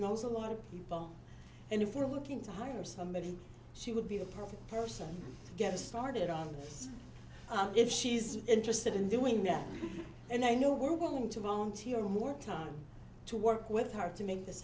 knows a lot of people and if we're looking to hire somebody she would be the perfect person to get started on this if she's interested in doing that and i know we're going to volunteer more time to work with her to make this